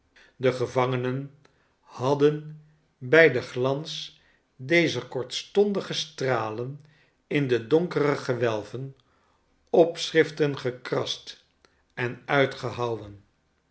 de gevangenen hadden bij den glans dezer kortstondige stralen in de donkere gewelven opschriften gekrast en uitgehouwen